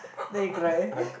then you cry